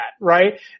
right